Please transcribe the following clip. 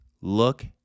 look